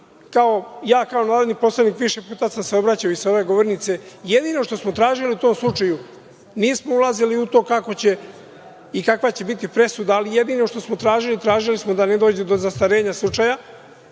kao, ja kao narodni poslanik, više puta sam se obraćao i sa ove govornice, jedino što smo tražili u tom slučaju, nismo ulazili u to kako će i kakva će biti presuda, ali jedino što smo tražili, tražili smo da ne dođe do zastarenja slučaja.